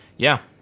yeah,